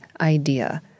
idea